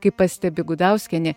kaip pastebi gudauskienė